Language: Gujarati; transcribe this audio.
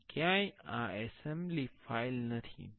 અને ક્યાંય આ એસેમ્બલી ફાઇલ નથી